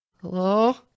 Hello